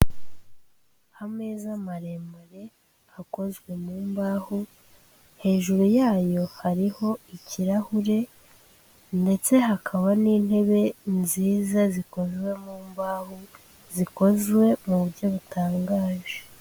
Ameza maremare akozwe mu mbaho, hejuru yayo hariho ikirahure ndetse hakaba n'intebe nziza zikozwe mu mbaho, zikozwe mu buryo butangaje.